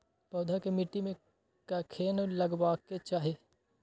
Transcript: पौधा के मिट्टी में कखेन लगबाके चाहि?